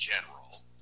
general